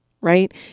right